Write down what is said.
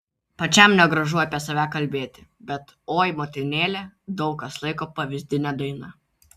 pačiam negražu apie save kalbėti bet oi motinėle daug kas laiko pavyzdine daina